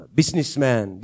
businessman